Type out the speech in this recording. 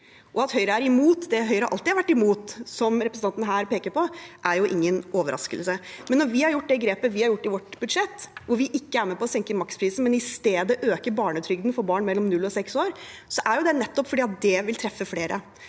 At Høyre er imot det Høyre alltid har vært imot, som representanten her peker på, er jo ingen overraskelse. Når vi har gjort det grepet vi har gjort i vårt budsjett, hvor vi ikke er med på å senke maksprisen, men i stedet øker barnetrygden for barn mellom null og seks år, er det nettopp fordi det vil treffe flere.